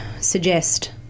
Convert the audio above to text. suggest